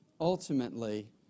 Ultimately